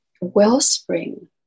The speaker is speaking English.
wellspring